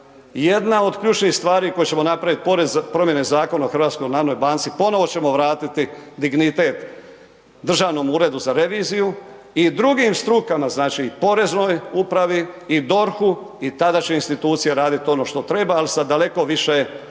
jedna od ključnih stvari koje ćemo napraviti, promjene Zakona o HNB-a ponovno ćemo vratiti dignitet Državnom uredu za reviziju i drugim strukama, znači poreznoj upravi i DORH-u i tada će institucije raditi ono što treba, ali s daleko više